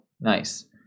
Nice